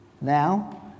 now